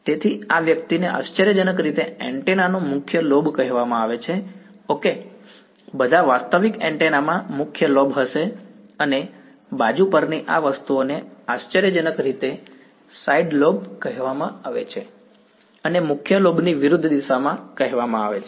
તેથી આ વ્યક્તિને આશ્ચર્યજનક રીતે એન્ટેના નો મુખ્ય લોબ કહેવામાં આવે છે ઓકે બધા વાસ્તવિક એન્ટેના માં મુખ્ય લોબ હશે અને બાજુ પરની આ વસ્તુઓને આશ્ચર્યજનક રીતે સાઈડ લોબ કહેવામાં આવે છે અને મુખ્ય લોબની વિરુદ્ધ દિશા કહેવામાં આવે છે